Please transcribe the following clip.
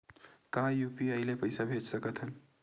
का यू.पी.आई ले पईसा भेज सकत हन?